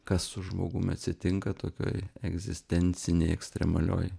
kas su žmogum atsitinka tokioj egzistencinėj ekstremalioj